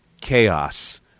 chaos